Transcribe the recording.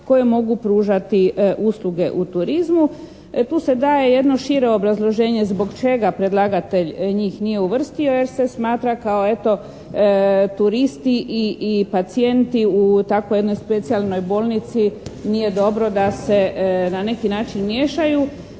koje mogu pružati usluge u turizmu. Tu se daje jedno šire obrazloženje zbog čega predlagatelj njih nije uvrstio jer se smatra kao eto turisti i pacijenti u takvoj jednoj specijalnoj bolnici nije dobro da se na neki način miješaju.